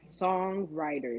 Songwriters